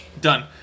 Done